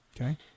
Okay